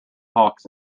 hawks